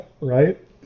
Right